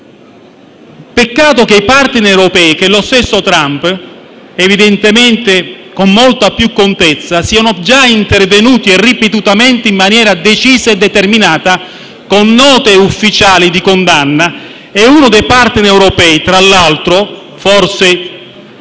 Peccato che i *partner* europei e lo stesso Trump, evidentemente con molta più contezza, siano già intervenuti e ripetutamente in maniera decisa e determinata, con note ufficiali di condanna; uno dei *partner* europei (che a me